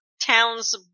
town's